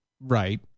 Right